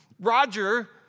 Roger